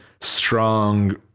strong